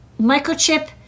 Microchip